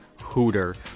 Hooter